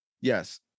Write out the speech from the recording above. yes